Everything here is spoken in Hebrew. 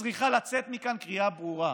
צריכה לצאת מכאן קריאה ברורה,